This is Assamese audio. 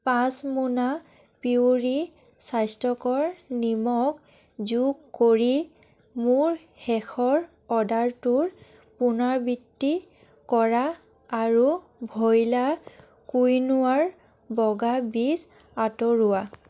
পাঁচ মোনা পিউৰি স্বাস্থ্যকৰ নিমখ যোগ কৰি মোৰ শেষৰ অৰ্ডাৰটোৰ পুণৰাবৃত্তি কৰা আৰু ভইলা কুইনোৱাৰ বগা বীজ আঁতৰোৱা